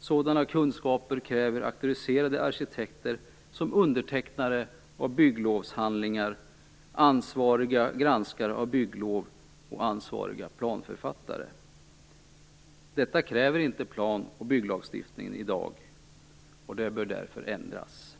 Sådana kunskaper kräver auktoriserade arkitekter som undertecknare av bygglovshandlingar, ansvariga granskare av bygglov och ansvariga planförfattare. Detta kräver inte plan och bygglagstiftningen i dag, och den bör därför ändras.